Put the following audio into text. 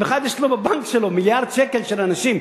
אם אחד יש לו בבנק שלו מיליארד שקל של אנשים,